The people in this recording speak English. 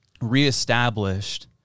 reestablished